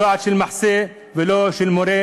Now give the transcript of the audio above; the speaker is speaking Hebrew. לא יעד של מחסה ולא של מורה,